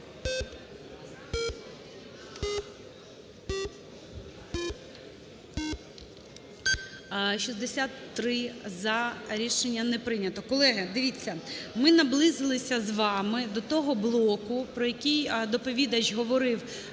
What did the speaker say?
За-63 Рішення не прийнято. Колеги, дивіться, ми наблизилися з вами до того блоку, про який доповідач говорив під